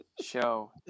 show